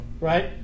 right